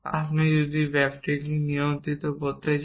আপনি যদি back tracking নিয়ন্ত্রণ করতে চান